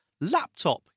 laptop